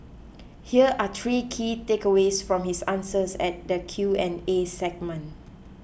here are three key takeaways from his answers at the Q and A segment